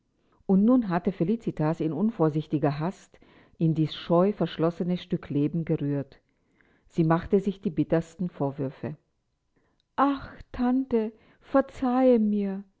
und nun hatte felicitas in unvorsichtiger hast an dies scheu verschlossene stück leben gerührt sie machte sich die bittersten vorwürfe ach tante verzeihe mir